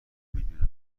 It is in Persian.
میدونم